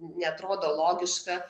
neatrodo logiška